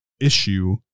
issue